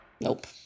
Nope